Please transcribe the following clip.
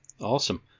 Awesome